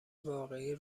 واقعی